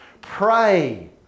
Pray